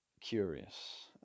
Curious